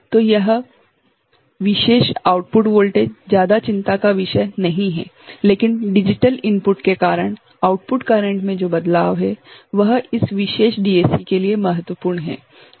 तो यह है यह विशेष आउटपुट वोल्टेज ज्यादा चिंता का विषय नहीं है लेकिन डिजिटल इनपुट के कारण आउटपुट करेंट में जो बदलाव है वह इस विशेष डीएसी के लिए महत्वपूर्ण है